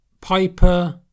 Piper